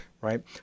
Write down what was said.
right